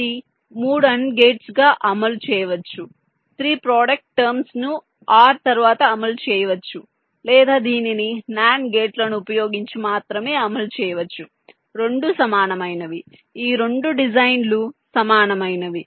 ఇది 3 AND గేట్స్గా అమలు చేయవచ్చు 3 ప్రోడక్ట్ టర్మ్స్ ను OR తరువాత అమలు చేయవచ్చు లేదా దీనిని NAND గేట్లను ఉపయోగించి మాత్రమే అమలు చేయవచ్చు రెండూ సమానమైనవి ఈ రెండు డిజైన్ లు సమానమైనవి